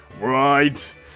Right